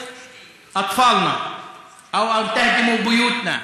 הרגליים, אי-אפשר לשבור את רוחנו.